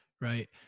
Right